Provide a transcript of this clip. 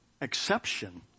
exception